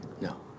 No